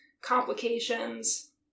complications